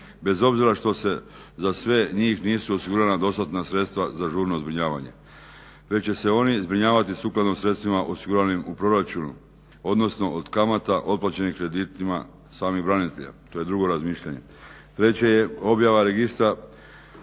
bez obzira što se za sve njih nije osigurana dostatna sredstva za žurno zbrinjavanje, već će se oni zbrinjavati sukladno sredstvima osiguranim u proračunu odnosno od kamata otplaćenih kreditima samih branitelja. To je drugo razmišljanje. Treće je objava registra